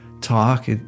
talk